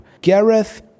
Gareth